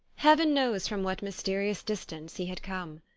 heaven knows from what mysterious distance he had come.